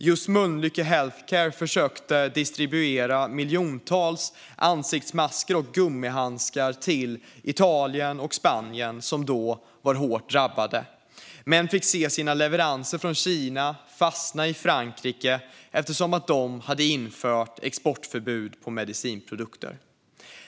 Just Mölnlycke Health Care försökte distribuera miljontals ansiktsmasker och gummihandskar till Italien och Spanien, som då var hårt drabbade, men fick se sina leveranser från Kina fastna i Frankrike eftersom det landet infört exportförbud för medicinprodukter.